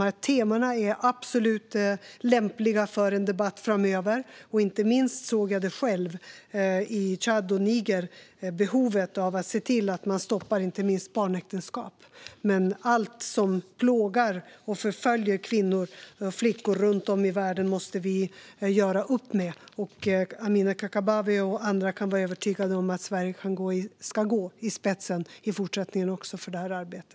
Dessa teman är absolut lämpliga för en debatt framöver. Inte minst såg jag själv i Tchad och Niger behovet av att se till att man stoppar barnäktenskap. Allt som plågar och förföljer kvinnor och flickor runt om i världen måste vi göra upp med. Amineh Kakabaveh och andra kan vara övertygade om att Sverige också i fortsättningen ska gå i spetsen för detta arbete.